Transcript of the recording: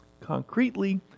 concretely